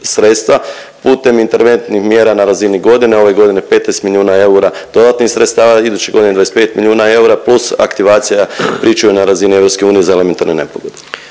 sredstva putem interventnih mjera na razini godine, ove godine 15 milijuna eura dodatnih sredstava, iduće godine 25 milijuna eura + aktivacija pričuve na razini EU za elementarne nepogode.